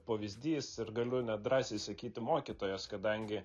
pavyzdys ir galiu net drąsiai sakyti mokytojas kadangi